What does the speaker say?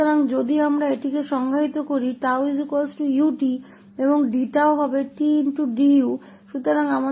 इसलिए यदि हम इसे 𝜏 𝑢 𝑡 परिभाषित करते हैं और 𝑑𝜏 𝑡 𝑑𝑢 होगा